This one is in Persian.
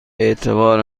اعتبار